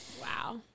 Wow